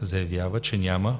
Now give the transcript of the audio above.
Заявява, че няма